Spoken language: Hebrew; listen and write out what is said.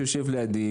שיושב לידי,